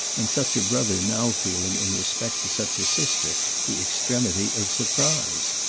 and such a brother now feeling in respect to such a sister the extremity of surprise.